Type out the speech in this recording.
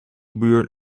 buur